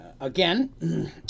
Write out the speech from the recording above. again